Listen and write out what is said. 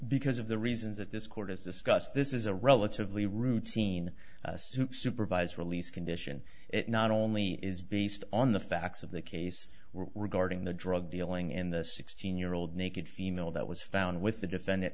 because of the reasons that this court has discussed this is a relatively routine supervised release condition it not only is based on the facts of the case regarding the drug dealing in the sixteen year old naked female that was found with the defendant